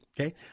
okay